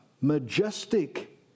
majestic